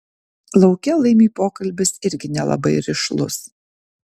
lauke laimiui pokalbis irgi nelabai rišlus